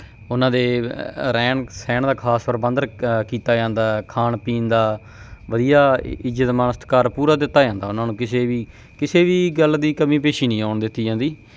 ਉਹਨਾਂ ਦੇ ਰਹਿਣ ਸਹਿਣ ਦਾ ਖਾਸ ਪ੍ਰਬੰਧ ਰ ਕੀਤਾ ਜਾਂਦਾ ਖਾਣ ਪੀਣ ਦਾ ਵਧੀਆ ਇੱਜ਼ਤ ਮਾਣ ਸਤਿਕਾਰ ਪੂਰਾ ਦਿੱਤਾ ਜਾਂਦਾ ਉਹਨਾਂ ਨੂੰ ਕਿਸੇ ਵੀ ਕਿਸੇ ਵੀ ਗੱਲ ਦੀ ਕਮੀ ਪੇਸ਼ੀ ਨਹੀਂ ਆਉਣ ਦਿੱਤੀ ਜਾਂਦੀ